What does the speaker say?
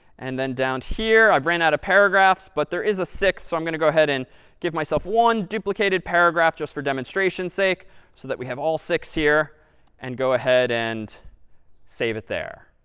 and then down here, i've ran out of paragraphs, but there is a six, so i'm going to go ahead and give myself one duplicated paragraph just for demonstration's sake so that we have all six here and go ahead and save it there.